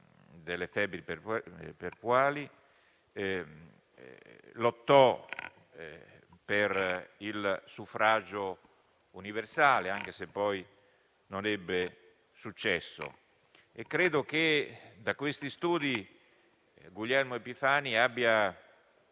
della febbre puerperale e lottò per il suffragio universale, anche se poi non ebbe successo. Credo che da questi studi Guglielmo Epifani abbia